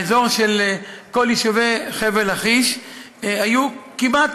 האזור של כל יישובי חבל לכיש היה כמעט,